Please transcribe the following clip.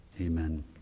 amen